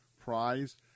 prize